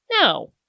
no